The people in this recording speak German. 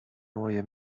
neue